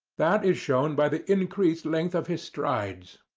that is shown by the increased length of his strides.